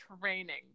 training